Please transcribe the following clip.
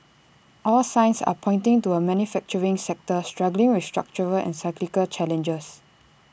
all signs are pointing to A manufacturing sector struggling with structural and cyclical challenges